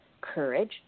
courage